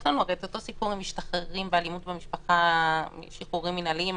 יש לנו הרי את אותו סיפור עם משתחררים ואלימות במשפחה משחרורים מנהליים,